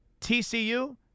TCU